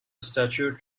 statute